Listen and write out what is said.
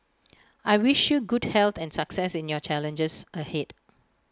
I wish you good health and success in your challenges ahead